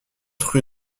rue